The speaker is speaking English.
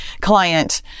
client